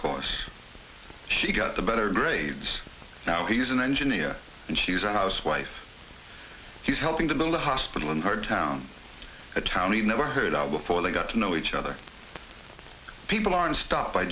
course she got the better grades now he's an engineer and she's a housewife he's helping to build a hospital in hard town a town he never heard of before they got to know each other people aren't stop